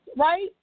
right